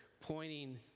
pointing